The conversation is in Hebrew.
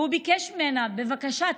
והוא ביקש ממנה: בבקשה,